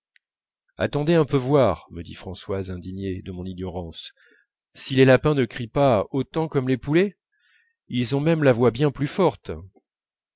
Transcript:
attendez un peu voir me dit françoise indignée de mon ignorance si les lapins ne crient pas autant comme les poulets ils ont même la voix bien plus forte